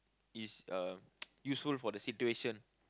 is uh useful for the situation